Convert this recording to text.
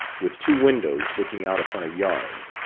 with two windows looking out upon a yard.